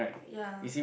ya